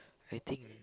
I think